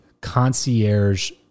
concierge